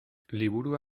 liburu